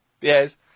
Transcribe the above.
Yes